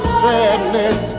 sadness